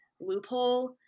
loophole